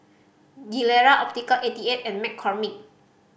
Gilera Optical Eighty Eight and McCormick